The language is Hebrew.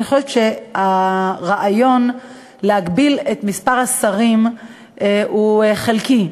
אני חושבת שהרעיון להגביל את מספר השרים הוא חלקי.